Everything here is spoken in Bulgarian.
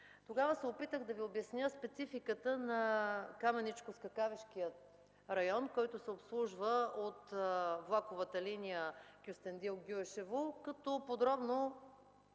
Тогава се опитах да Ви обясня спецификата на Каменичко-Скакавишкия район, който се обслужва от влаковата линия Кюстендил-Гюешево. Подробно